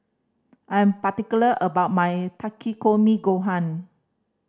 I am particular about my Takikomi Gohan